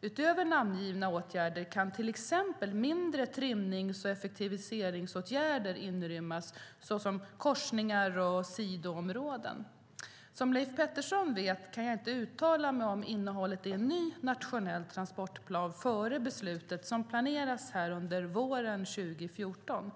Utöver namngivna åtgärder kan till exempel mindre trimnings och effektiviseringsåtgärder inrymmas såsom korsningar och sidoområden. Som Leif Pettersson vet kan jag inte uttala mig om innehållet i ny nationell transportplan före beslutet som planeras under våren 2014.